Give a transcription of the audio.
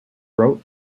wrote